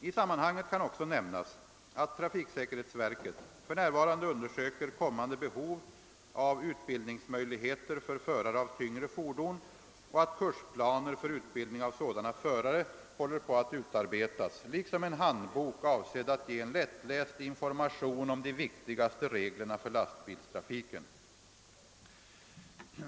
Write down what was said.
I sammanhanget kan också nämnas att trafiksäkerhetsverket undersöker kommande behov av utbildningsmöjligheter för förare av tyngre fordon och att kursplaner för utbildning av sådana förare håller på att utarbetas liksom en handbok avsedd att ge en lättläst information om de viktigaste reglerna för lastbiltrafiken.